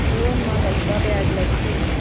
Loan म कतका ब्याज लगही?